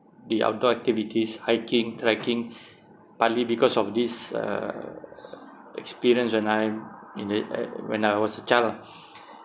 the outdoor activities hiking trekking partly because of this uh experience when I'm in the uh when I was a child lah